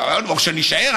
או שנישאר,